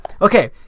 okay